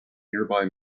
nearby